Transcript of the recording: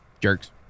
Jerks